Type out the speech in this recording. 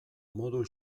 modu